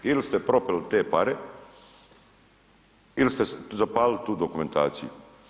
Ili ste propili te pare ili ste zapalili tu dokumentaciju.